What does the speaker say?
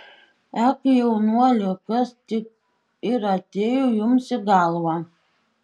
ech jaunuoli kas tik ir atėjo jums į galvą